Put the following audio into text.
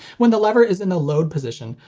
when the lever is in the load position,